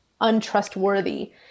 untrustworthy